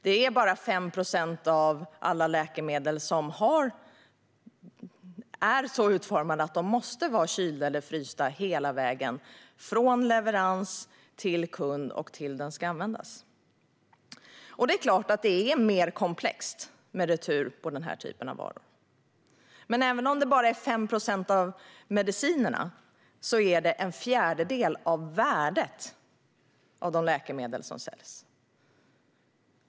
Det är bara 5 procent av alla läkemedel som är så utformade att de måste vara kylda eller frysta hela vägen från leverans till kund och fram till dess att de ska användas. Det är klart att det är mer komplext med retur av denna typ av varor. Men även om det bara är 5 procent av medicinerna är det en fjärdedel av värdet av de läkemedel som säljs.